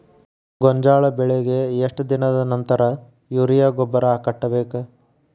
ಗೋಂಜಾಳ ಬೆಳೆಗೆ ಎಷ್ಟ್ ದಿನದ ನಂತರ ಯೂರಿಯಾ ಗೊಬ್ಬರ ಕಟ್ಟಬೇಕ?